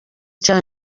cya